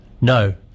No